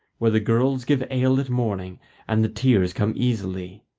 where the girls give ale at morning and the tears come easily.